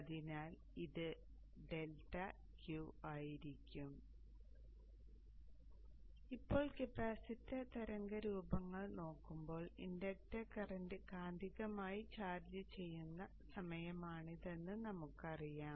അതിനാൽ ഇത് delta Q ആയിരിക്കും ഇപ്പോൾ കപ്പാസിറ്റർ തരംഗരൂപങ്ങൾ നോക്കുമ്പോൾ ഇൻഡക്ടർ കറന്റ് കാന്തികമായി ചാർജ്ജ് ചെയ്യുന്ന സമയമാണിതെന്ന് നമുക്കറിയാം